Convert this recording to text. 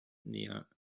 near